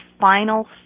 final